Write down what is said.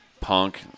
punk